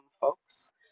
folks